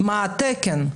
מה התקן?